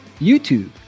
YouTube